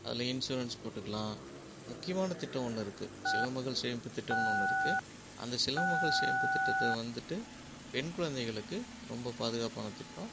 அதில் இன்சூரன்ஸ் போட்டுக்கலாம் முக்கியமான திட்டம் ஒன்று இருக்குது செல்வமகள் சேமிப்புத் திட்டம்னு ஒன்று இருக்குது அந்த செல்வமகள் சேமிப்புத் திட்டத்தை வந்துட்டு பெண் குழந்தைகளுக்கு ரொம்ப பாதுகாப்பான திட்டம்